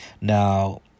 Now